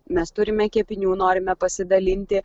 mes turime kepinių norime pasidalinti